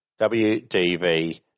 wdv